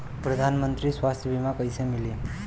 प्रधानमंत्री स्वास्थ्य बीमा कइसे मिली?